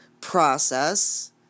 process